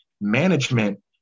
management